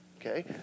Okay